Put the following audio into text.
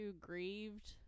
grieved